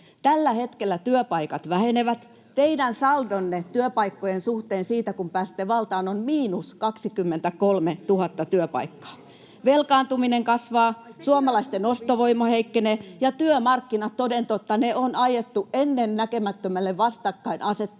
ryhmästä: Niinpä!] Teidän saldonne työpaikkojen suhteen, siitä, kun pääsitte valtaan, on miinus 23 000 työpaikkaa. Velkaantuminen kasvaa, suomalaisten ostovoima heikkenee, ja työmarkkinat toden totta on ajettu ennennäkemättömälle vastakkainasettelujen